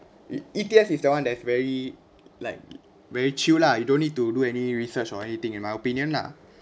E E_T_F is the one that's very like very chill lah you don't need to do any research or anything in my opinion lah